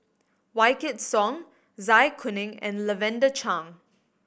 Wykidd Song Zai Kuning and Lavender Chang